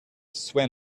sueños